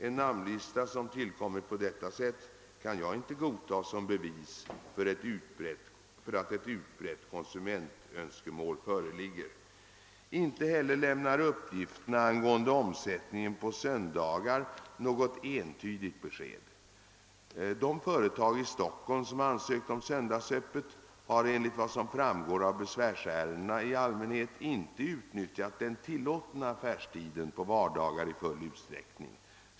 En namnlista som tillkommit på detta sätt kan jag inte godta som bevis för att ett utbrett konsumentönskemål föreligger. Inte heller lämnar uppgifterna angående omsättningen på söndagar något entydigt besked. De företag i Stockholm som ansökt om söndagsöppet har enligt vad som framgår av besvärsärendena i allmänhet inte utnyttjat den tilllåtna affärstiden på vardagar i full utsträckning.